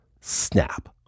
snap